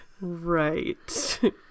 Right